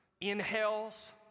inhales